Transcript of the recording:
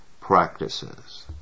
practices